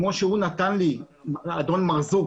כפי שאדון מרזוק,